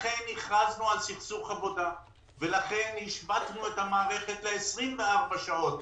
לכן הכרזנו על סכסוך עבודה ולכן השבתנו את המערכת ל-24 שעות.